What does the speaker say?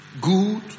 good